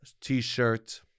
T-shirt